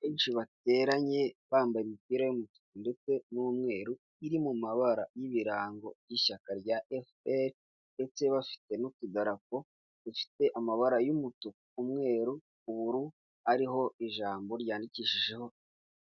Benshi bateranye bambaye imipira y'umutuku ndetse n'umweru iri mu mabara y'ibirango by'ishyaka rya FPR ndetse bafite n'utudarapo dufite amabara y'umutuku, umweru, ubururu ariho ijambo ryandikishijeho